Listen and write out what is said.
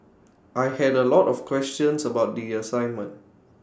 I had A lot of questions about the assignment